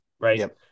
Right